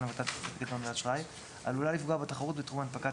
למתן שירותי פיקדון ואשראי עלולה לפגוע בתחרות בתחום הנפקת